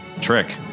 trick